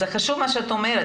זה חשוב מה שאת אומרת,